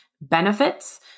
benefits